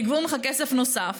ויגבו ממך כסף נוסף.